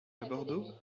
aborto